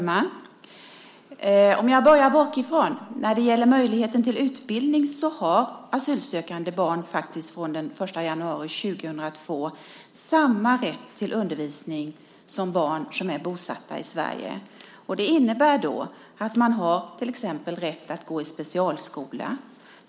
Fru talman! Jag börjar bakifrån med frågorna. När det gäller möjligheten till utbildning har asylsökande barn från den 1 januari 2002 samma rätt till undervisning som barn som är bosatta i Sverige. Det innebär att de till exempel har rätt att gå i specialskola.